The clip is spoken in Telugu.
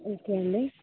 ఓకే అండి